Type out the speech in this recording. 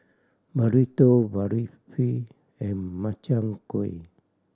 Burrito Barfi and Makchang Gui